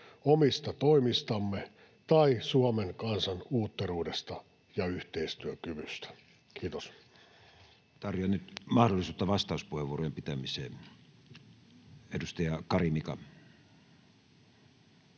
omista toimistamme tai Suomen kansan uutteruudesta ja yhteistyökyvystä. — Kiitos. Tarjoan nyt mahdollisuutta vastauspuheenvuorojen pitämisen. — Edustaja Kari, Mika.